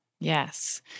Yes